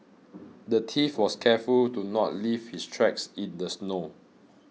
the thief was careful to not leave his tracks in the snow